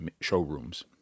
showrooms